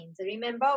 Remember